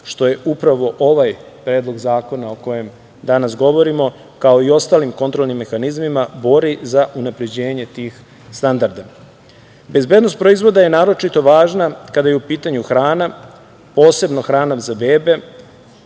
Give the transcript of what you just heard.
što je upravo ovaj predlog zakona o kojem danas govorimo, kao i ostalim kontrolnim mehanizmima, bori za unapređenje tih standarda. Bezbednost proizvoda je naročito važna kada je u pitanju hrana, posebno hrana za bebe,